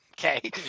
Okay